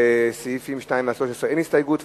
לסעיפים 2 13 אין הסתייגות.